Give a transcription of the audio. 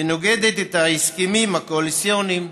ונוגדת את ההסכמים הקואליציוניים,